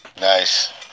Nice